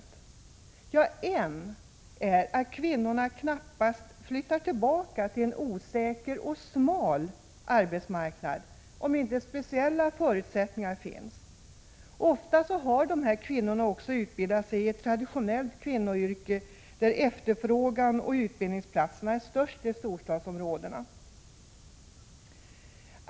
En slutsats är att kvinnorna knappast flyttar tillbaka till en osäker och smal arbetsmarknad om inte speciella skäl finns. Ofta har dessa kvinnor utbildat sig i ett traditionellt kvinnoyrke, där utbildningsplatserna och efterfrågan i de flesta fall finns i storstadsområdena.